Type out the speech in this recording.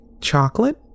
chocolate